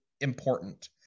important